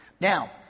Now